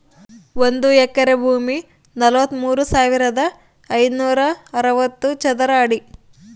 ಒಂದು ಎಕರೆ ಭೂಮಿ ನಲವತ್ಮೂರು ಸಾವಿರದ ಐನೂರ ಅರವತ್ತು ಚದರ ಅಡಿ